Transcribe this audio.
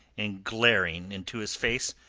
and glaring into his face.